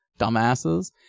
dumbasses